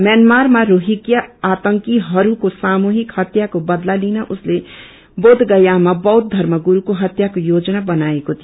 म्यान्मारामा रोहिंगा आतंकीहरूको सामूहिक हत्यको बदला लिन उसले बोधगयामा बौद्ध धर्मगुस्को हत्याको योजना बनाएको थियो